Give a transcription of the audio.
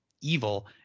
evil